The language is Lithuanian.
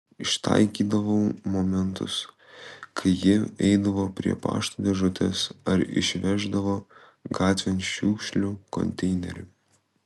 ištaikydavau momentus kai ji eidavo prie pašto dėžutės ar išveždavo gatvėn šiukšlių konteinerį